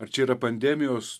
ar čia yra pandemijos